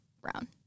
brown